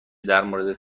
درموردت